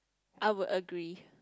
I would agree